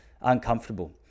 uncomfortable